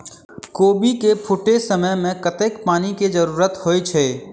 कोबी केँ फूटे समय मे कतेक पानि केँ जरूरत होइ छै?